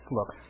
Look